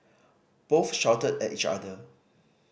both shouted at each other